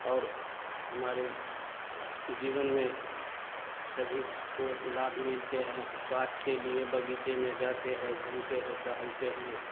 और हमारे जीवन में सभी को लाभ मिलते हैं स्वास्थय के लिए बगीचे में जाते है घूमते हैं टहलते हैं